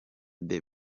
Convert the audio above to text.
the